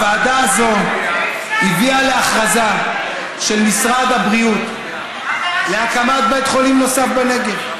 הוועדה הזו הביאה להכרזה של משרד הבריאות על הקמת בית חולים נוסף בנגב.